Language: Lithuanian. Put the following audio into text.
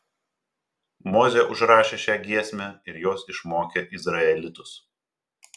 mozė užrašė šią giesmę ir jos išmokė izraelitus